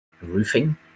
roofing